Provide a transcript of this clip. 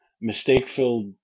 mistake-filled